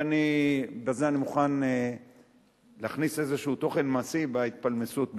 ובזה אני מוכן להכניס איזה תוכן מעשי להתפלמסות בינינו.